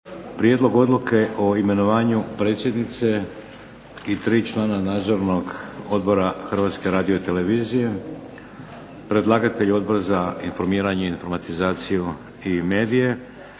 Prijedlog odluke o imenovanju predsjednice i tri člana Nadzornog odbora Hrvatske radiotelevizije. Predlagatelj Odbor za informiranje, informatizaciju i medije